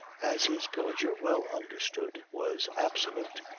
as his pillager well understood, was absolute.